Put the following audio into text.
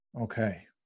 Okay